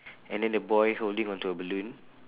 and then a boy holding onto a balloon